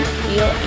feel